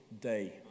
day